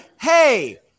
hey